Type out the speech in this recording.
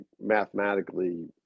mathematically